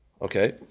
Okay